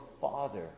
Father